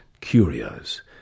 curios